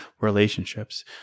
relationships